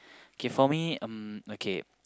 okay for me um okay